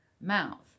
mouth